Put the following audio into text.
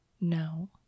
No